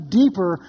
deeper